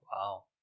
Wow